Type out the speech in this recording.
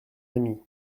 remy